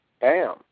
bam